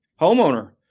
homeowner